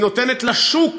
היא נותנת לשוק,